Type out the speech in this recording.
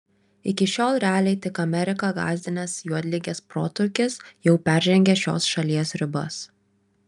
iki šiol realiai tik ameriką gąsdinęs juodligės protrūkis jau peržengė šios šalies ribas